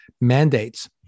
mandates